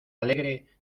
alegre